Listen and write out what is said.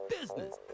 business